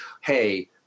hey